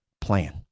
plan